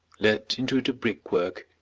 let into the brickwork,